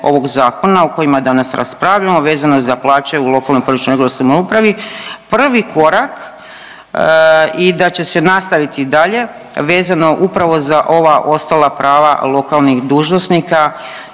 ovog zakona o kojem danas raspravljamo vezano za plaće u lokalnoj i područnoj .../nerazumljivo/... samoupravi prvi korak i da će se nastaviti dalje vezano upravo za ova ostala prava lokalnih dužnosnika